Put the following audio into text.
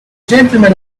gentlemen